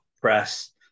press